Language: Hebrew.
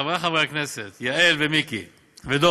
חברי חברי הכנסת, יעל ומיקי ודב,